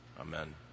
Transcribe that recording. Amen